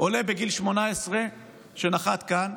עולה בגיל 18 שנחת כאן,